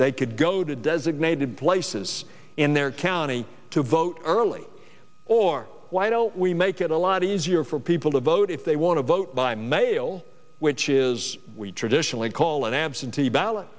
they could go to designated places in their county to vote early or why don't we make it a lot easier for people to vote if they want to vote by mail which is we traditionally call an absentee ballot